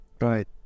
Right